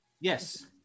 Yes